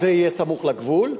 זה יהיה סמוך לגבול,